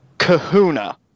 Kahuna